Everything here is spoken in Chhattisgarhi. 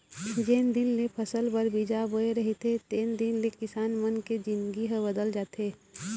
जेन दिन ले फसल बर बीजा बोय रहिथे तेन दिन ले किसान मन के जिनगी ह बदल जाथे